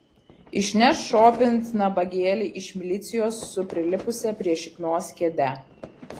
išneš šopint nabagėlį iš milicijos su prilipusia prie šiknos kėde